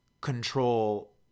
control